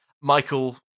Michael